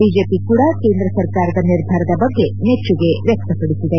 BJP ಕೂಡ ಕೇಂದ್ರ ಸರ್ಕಾರದ ನಿರ್ಧಾರದ ಬಗ್ಗೆ ಮೆಚ್ಚುಗೆ ವ್ಯಕ್ತಪಡಿಸಿದೆ